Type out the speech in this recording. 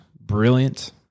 brilliant